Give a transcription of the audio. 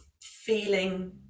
feeling